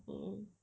mmhmm